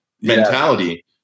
mentality